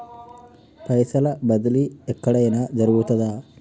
పైసల బదిలీ ఎక్కడయిన జరుగుతదా?